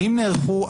האם נערכו,